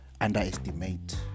underestimate